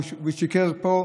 והוא שיקר פה,